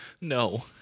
no